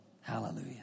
Hallelujah